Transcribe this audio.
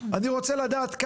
אני רוצה לדעת,